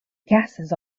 gases